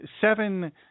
seven